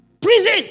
Prison